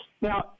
now